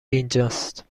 اینجاست